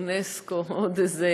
אונסק"ו, עוד איזה